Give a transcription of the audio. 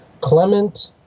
clement